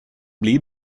bli